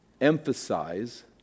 emphasize